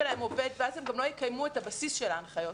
אובד ואז הם גם לא יקיימו את הבסיס של ההנחיות,